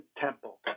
temple